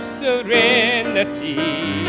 serenity